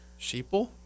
Sheeple